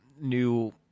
new